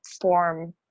form